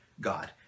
God